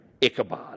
Ichabod